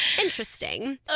Interesting